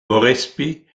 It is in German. moresby